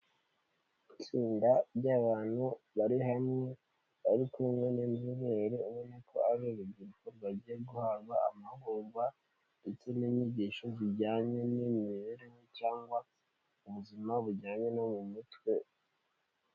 Itsinda ry'abantu bari hamwe, bari kumwe n'inzoberere ubona ko ari urubyiruko bagiye guhabwa amahugurwa ndetse n'inyigisho zijyanye n'imibereho cyangwa ubuzima bujyanye no mu mutwe.